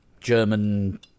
German